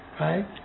right